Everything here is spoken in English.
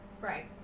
Right